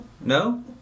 No